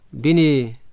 Bini